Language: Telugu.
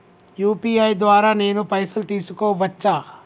యూ.పీ.ఐ ద్వారా నేను పైసలు తీసుకోవచ్చా?